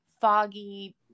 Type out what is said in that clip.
foggy